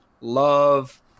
love